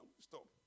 Stop